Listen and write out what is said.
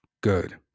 Good